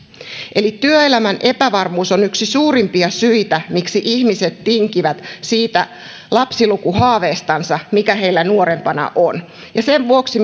eli työelämän epävarmuus on yksi suurimpia syitä miksi ihmiset tinkivät siitä lapsilukuhaaveestaan mikä heillä nuorempana on ja sen vuoksi